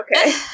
okay